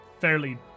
fairly